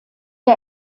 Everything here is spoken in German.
der